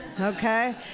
Okay